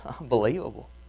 unbelievable